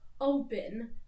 open